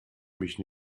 mich